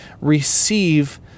receive